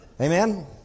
Amen